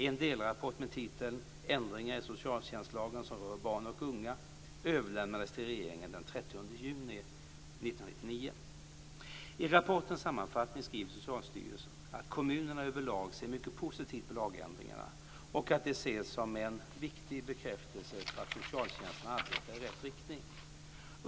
En delrapport med titeln Ändringar i socialtjänstlagen som rör barn och unga överlämnades till regeringen den 30 juni 1999. I rapportens sammanfattning skriver Socialstyrelsen att kommunerna överlag ser mycket positivt på lagändringarna och att de ses som en viktig bekräftelse på att socialtjänsten arbetar i rätt riktning.